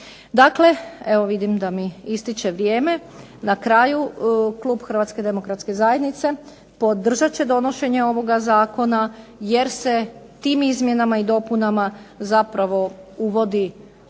Dakle, evo vidim da mi ističe vrijeme, na kraju klub HDZ-a podržat će donošenje ovoga zakona jer se tim izmjenama i dopunama zapravo uvodi red